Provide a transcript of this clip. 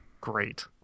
Great